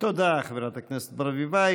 תודה, חברת הכנסת ברביבאי.